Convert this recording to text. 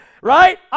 Right